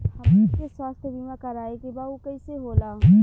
हमरा के स्वास्थ्य बीमा कराए के बा उ कईसे होला?